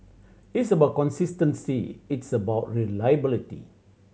it's about consistency it's about reliability